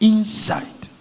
Inside